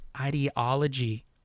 ideology